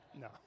no